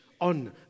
on